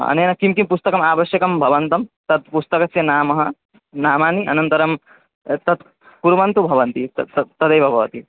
अनेन किं किं पुस्तकम् आवश्यकं भवते तत् पुस्तकस्य नाम नामानि अनन्तरं तत् कुर्वन्तु भवन्ति तत्तत् तदेव भवति